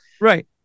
Right